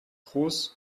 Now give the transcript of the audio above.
groß